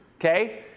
Okay